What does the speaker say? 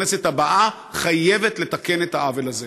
הכנסת הבאה חייבת לתקן את העוול הזה.